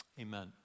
Amen